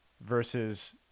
versus